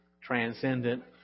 transcendent